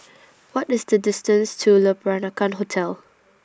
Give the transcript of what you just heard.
What IS The distance to Le Peranakan Hotel